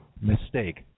mistake